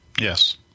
Yes